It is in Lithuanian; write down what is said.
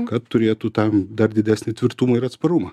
kad turėtų tam dar didesnį tvirtumą ir atsparumą